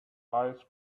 eyes